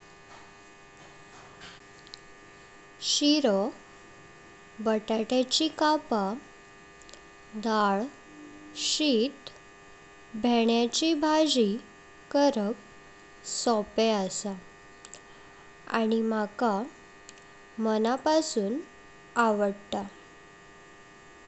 शिरो, बटाट्याची कापा, दाळ, शीत, भेंयाची भाजी करप सोपे असा आनी मला मनापासून आवडता।